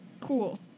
Cool